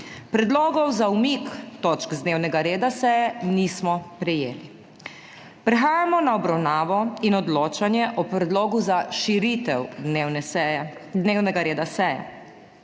Predlogov za umik točk z dnevnega reda seje nismo prejeli. Prehajamo na obravnavo in odločanje o predlogu za širitev dnevnega reda seje.